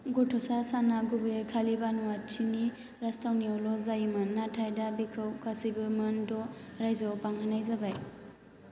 गथ'सा सानआ गुबैयै खालि बानुआतिनि राजथावनियावल' जायोमोन नाथाय दा बेखौ गासैबो मोन द' रायजोआव बांहोनाय जाबाय